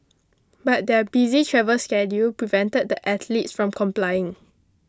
but their busy travel schedule prevented the athletes from complying